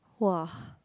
!wah!